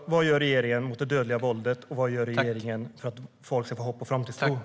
Vad gör regeringen mot det dödliga våldet? Och vad gör regeringen för att folk ska få hopp och framtidstro?